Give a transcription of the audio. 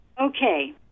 Okay